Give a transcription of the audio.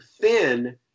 thin